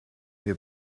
wir